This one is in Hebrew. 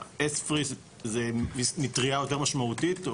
ה- ESFRIזו מטריה יותר משמעותית?